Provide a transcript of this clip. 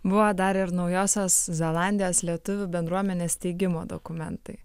buvo dar ir naujosios zelandijos lietuvių bendruomenės steigimo dokumentai